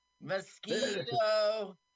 Mosquito